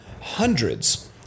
hundreds